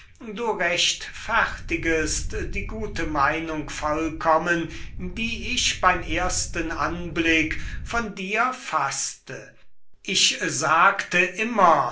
du rechtfertigest die gute meinung vollkommen die ich beim ersten anblick von dir faßte ich sagte immer